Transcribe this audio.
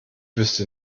wüsste